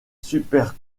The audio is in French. super